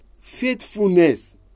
Faithfulness